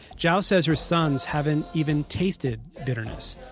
zhao says her sons haven't even tasted bitterness.